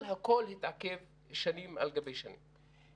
אבל הכול התעכב שנים על גבי שנים.